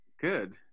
Good